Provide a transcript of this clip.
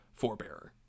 forebearer